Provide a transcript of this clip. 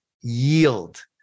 Yield